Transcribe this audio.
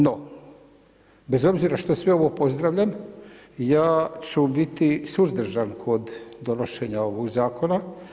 No, bez obzira što sve ovo pozdravljam, ja ću biti suzdržan kod donošenja ovog zakona.